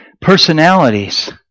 Personalities